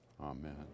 Amen